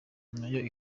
nayo